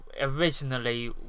originally